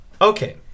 Okay